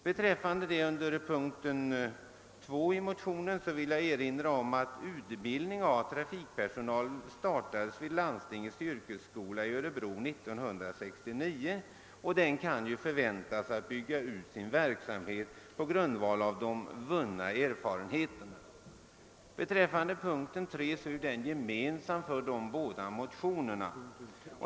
Beträffande vad som anförts under punkten 2 i motionen vill jag erinra om att utbildning av trafikpersonal startades vid landstingens yrkesskola i Örebro 1969, och den kan förväntas bygga ut sin verksamhet på grundval av de vunna erfarenheterna. Punkten 3 i motion II: 614 överensstämmer med yrkandet i motionen II: 723.